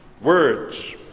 Words